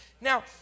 Now